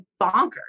bonkers